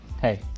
hey